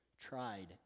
tried